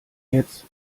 jetzt